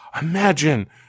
Imagine